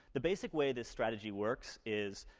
the basic way this strategy works is,